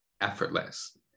effortless